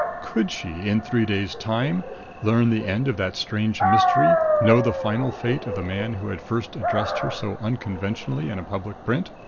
could she in three days' time learn the end of that strange mystery, know the final fate of the man who had first addressed her so unconventionally in a public print?